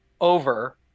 over